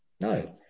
No